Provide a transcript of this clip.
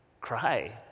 cry